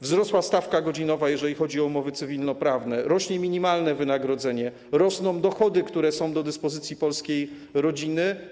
Wzrosła stawka godzinowa, jeżeli chodzi o umowy cywilnoprawne, rośnie minimalne wynagrodzenie, rosną dochody, które są do dyspozycji polskiej rodziny.